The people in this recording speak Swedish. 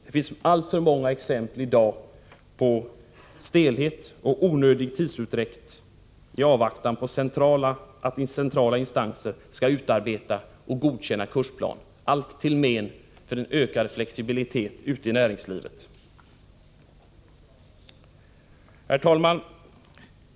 Det finns i dag alltför många exempel på stelhet och onödig tidsutdräkt i avvaktan på att centrala instanser skall utarbeta och godkänna kursplaner, allt till men för en ökad flexibilitet ute i näringslivet. Herr talman!